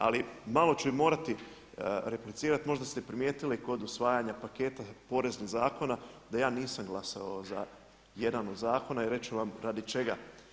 Ali malo ću i morati replicirati, možda ste primijetili kod usvajanja paketa poreznih zakona da ja nisam glasao za jedan od zakona i reći ću vam radi čega.